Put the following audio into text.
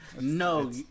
No